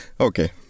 Okay